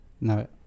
No